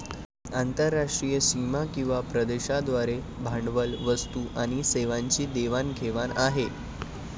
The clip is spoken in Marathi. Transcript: आंतरराष्ट्रीय सीमा किंवा प्रदेशांद्वारे भांडवल, वस्तू आणि सेवांची देवाण घेवाण आहे